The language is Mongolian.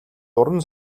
уран